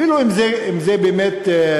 אז זהו, ואפילו אם זה באמת פיגוע,